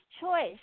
choice